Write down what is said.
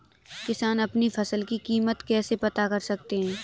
किसान अपनी फसल की कीमत कैसे पता कर सकते हैं?